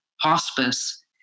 hospice